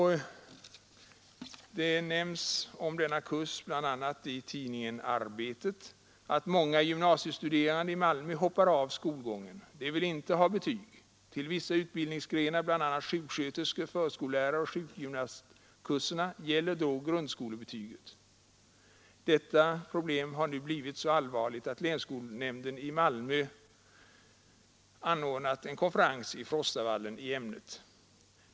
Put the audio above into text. Denna kurs har omnämnts bl.a. i tidningen Arbetet, där det uppges att många gymnasiestuderande i Malmö hoppar av från skolgången. De vill inte ha betyg. Vid ansökan till vissa utbildningsgrenar, bl.a. kurserna för blivande sjuksköterskor, förskollärare och sjukgymnaster, gäller grundskolebetyget.